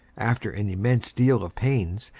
after an immense deal of pains,